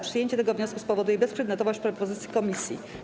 Przyjęcie tego wniosku spowoduje bezprzedmiotowość propozycji komisji.